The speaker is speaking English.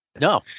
No